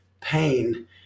pain